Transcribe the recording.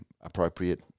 appropriate